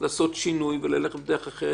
לעשות שינוי וללכת בדרך אחרת.